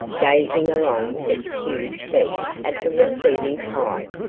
gazing along its huge beak at the receding tide,